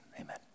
amen